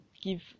give